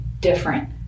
different